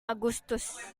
agustus